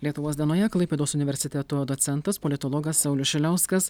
lietuvos dienoje klaipėdos universiteto docentas politologas saulius šiliauskas